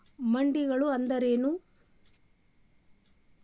ಮಂಡಿಗಳು ಅಂದ್ರೇನು?